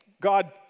God